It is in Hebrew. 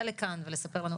יודע